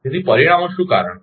તેથી પરિણામો શું કારણો છે